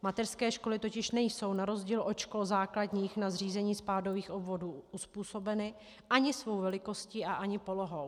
Mateřské školy totiž nejsou na rozdíl od škol základních na zřízení spádových obvodů uzpůsobeny ani svou velikostí a ani polohou.